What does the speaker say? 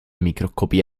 microscopía